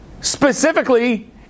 specifically